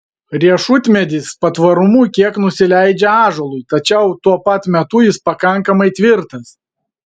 riešutmedis patvarumu kiek nusileidžia ąžuolui tačiau tuo pat metu jis pakankamai tvirtas